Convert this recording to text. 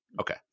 Okay